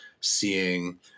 seeing